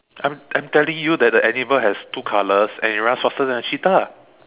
I'm I'm telling you that the animal and has two colors and it runs faster than a cheetah